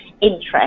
interest